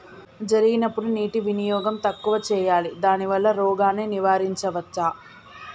జరిగినప్పుడు నీటి వినియోగం తక్కువ చేయాలి దానివల్ల రోగాన్ని నివారించవచ్చా?